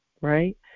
right